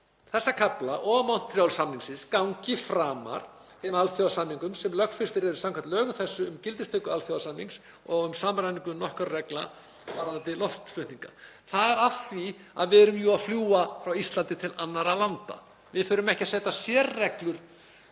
þessa kafla og Montreal-samningsins ganga framar þeim alþjóðasamningum sem lögfestir eru samkvæmt lögum um gildistöku alþjóðasamnings um samræmingu nokkurra reglna varðandi loftflutninga milli landa“ — það er af því að við erum jú að fljúga frá Íslandi til annarra landa. Við þurfum ekki að setja sérreglur